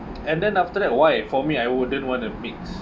and then after that why for me I wouldn't want to mix